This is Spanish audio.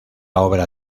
obra